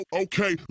okay